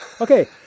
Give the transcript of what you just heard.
Okay